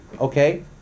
okay